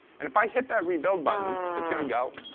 and if i hit that rebuild button, it's going to go.